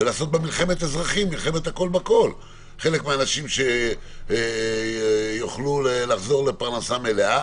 ועושה בה מלחמת אזרחים חלק מהאנשים יוכלו לחזור לפרנסה מלאה,